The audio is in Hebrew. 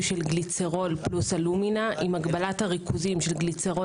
של גליצרול פלוס אלומינה עם הגבלת הריכוזים של גליצרול